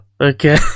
Okay